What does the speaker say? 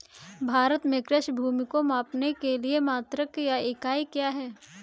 भारत में कृषि भूमि को मापने के लिए मात्रक या इकाई क्या है?